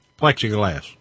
Plexiglass